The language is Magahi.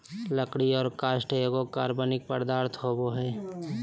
लकड़ी और काष्ठ एगो कार्बनिक पदार्थ होबय हइ